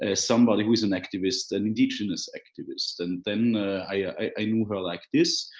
ah somebody who is an activist, an indigenous activist. and then i knew her like this.